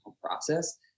process